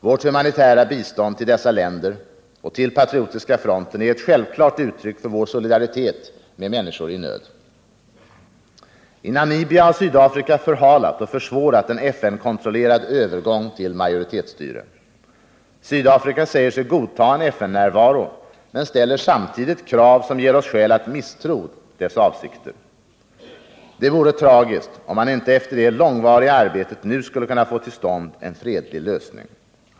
Vårt humanitära bistånd till dessa länder och till Patriotiska fronten är ett självklart uttryck för vår solidaritet med människor i nöd. I Namibia har Sydafrika förhalat och försvårat en FN-kontrollerad övergång till majoritetsstyre. Sydafrika säger sig godta en FN-närvaro, men ställer samtidigt krav som ger oss skäl att misstro dess avsikter. Det vore tragiskt om man inte efter det långvariga arbetet nu skulle kunna få till stånd en fredlig lösning.